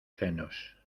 senos